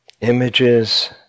images